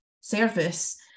service